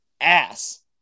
ass